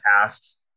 tasks